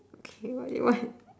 okay what you want